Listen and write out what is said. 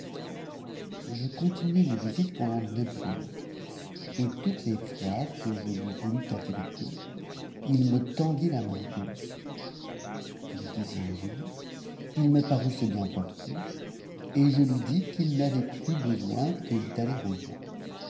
je continuai mes visites pendant neuf jours et toutes les fois que je lui voulus tâter le pouls il me tendit la main gauche le dixième jour il me parut se bien porter et je lui dis qu'il n'avait plus besoin que d'aller